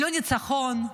לא ניצחון,